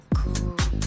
cool